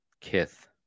Kith